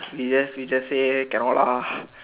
you just you just say cannot lah